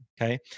Okay